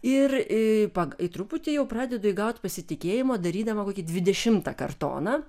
ir į pagl ir truputį jau pradedu įgauti pasitikėjimo darydama kokį dvidešimtą kartoną